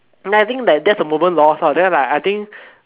then I think that that's a moment lost lor then like I think